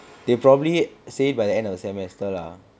they probably say by the end of the semester lah